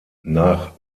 nach